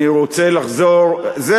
אני רוצה לחזור, שרים.